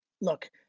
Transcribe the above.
look